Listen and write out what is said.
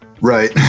Right